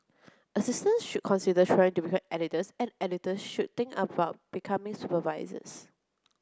assistants should consider trying to become editors and editors should think about becoming supervisors